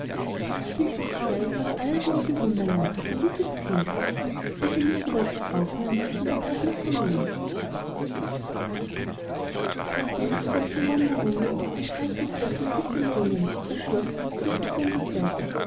aladdin im zaubergarten nachdem auf solchen wanderungen manch reizend fleckchen sich dem jungen erschlossen führte sein begleiter